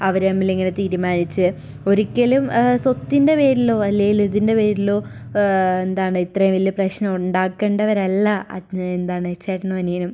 അവർ തമ്മിലിങ്ങനെ തീരുമാനിച്ച് ഒരിക്കലും സ്വത്തിൻ്റെ പേരിലോ അല്ലെങ്കിൽ ഇതിൻ്റെ പേരിലോ ഇപ്പോൾ എന്താണ് ഇത്രയും വലിയ പ്രശ്നം ഉണ്ടാക്കേണ്ടവരല്ല അ എന്താണ് ചേട്ടനും അനിയനും